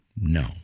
No